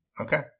Okay